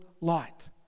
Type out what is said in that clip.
light